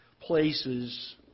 places